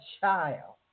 child